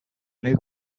new